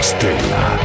Stella